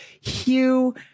Hugh